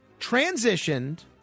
transitioned